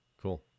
cool